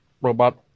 robot